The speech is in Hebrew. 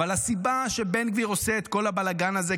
אבל הסיבה שבן גביר עושה את כל הבלגן הזה,